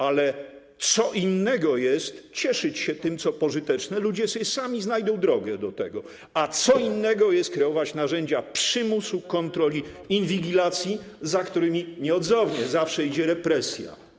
Ale co innego jest cieszyć się tym, co pożyteczne, ludzie sobie sami znajdą drogę do tego, a co innego jest kreować narzędzia przymusu, kontroli, inwigilacji, za którymi nieodzownie zawsze idzie represja.